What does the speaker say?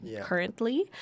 currently